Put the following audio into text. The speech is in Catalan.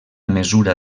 mesura